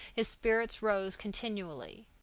his spirits rose continually.